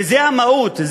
וזו המהות,